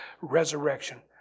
resurrection